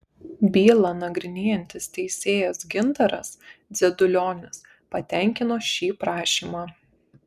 bylą nagrinėjantis teisėjas gintaras dzedulionis patenkino šį prašymą